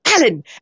Alan